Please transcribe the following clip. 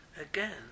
again